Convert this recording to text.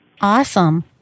Awesome